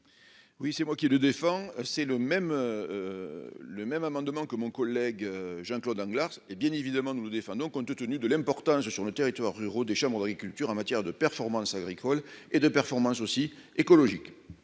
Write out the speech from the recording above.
Oui, c'est moi qui le défend, c'est le même le même amendement que mon collègue Jean-Claude Lenglart hé bien évidement nous nous défendons, compte tenu de l'importance sur le territoires ruraux, des chambres d'agriculture en matière de performances agricoles et de performance aussi écologique.